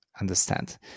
understand